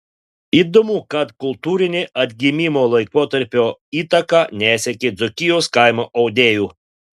įdomu kad kultūrinė atgimimo laikotarpio įtaka nesiekė dzūkijos kaimo audėjų